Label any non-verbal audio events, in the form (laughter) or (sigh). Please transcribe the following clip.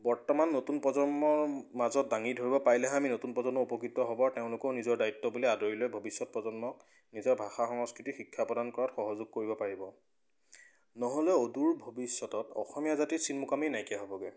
বৰ্তমান নতুন প্ৰজন্মৰ মাজত দাঙি ধৰিব পাৰিলেহে আমি নতুন প্ৰজন্ম উপকৃত হ'ব তেওঁলোকেও নিজৰ দায়িত্ব বুলি আদৰি লৈ ভৱিষ্যত প্ৰজন্মক নিজৰ ভাষা সংস্কৃতিক শিক্ষা প্ৰদান কৰাত সহযোগ কৰিব পাৰিব নহ'লে অদূৰ ভৱিষ্যতত অসমীয়া জাতিৰ চিন (unintelligible) নাইকিয়া হ'বগৈ